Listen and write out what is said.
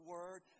Word